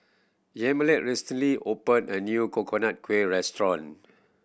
Yamilet recently open a new Coconut Kuih restaurant